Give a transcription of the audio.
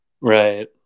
Right